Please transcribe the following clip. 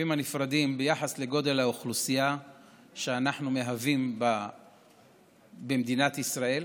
נפרדים ביחס לגודל האוכלוסייה שאנחנו מהווים במדינת ישראל.